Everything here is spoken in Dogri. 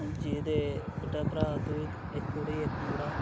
जेह्ड़े बड्डे भ्राऽ अग्गें इक कुड़ी इक मुड़ा